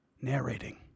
narrating